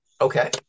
Okay